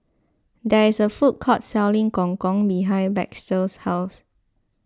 there is a food court selling Gong Gong behind Baxter's house